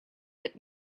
that